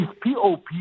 POP